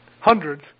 hundreds